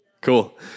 Cool